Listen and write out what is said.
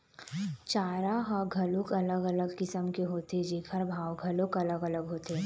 चारा ह घलोक अलग अलग किसम के होथे जेखर भाव घलोक अलग अलग होथे